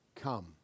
come